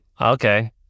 Okay